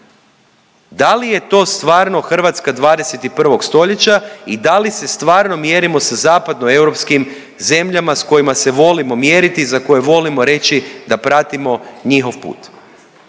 Da li je to stvarno Hrvatska 21. stoljeća i da li se stvarno mjerimo sa zapadno europskim zemljama sa kojima se volimo mjeriti, za koje volimo reći da pratimo njihov put.